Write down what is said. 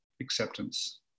acceptance